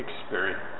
experience